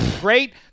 Great